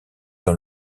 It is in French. dans